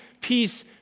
peace